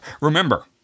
remember